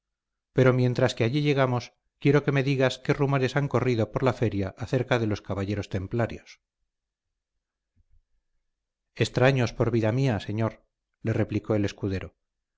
pero mientras que allí llegamos quiero que me digas qué rumores han corrido por la feria acerca de los caballeros templarios extraños por vida mía señor le replicó el escudero